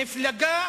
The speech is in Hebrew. מפלגה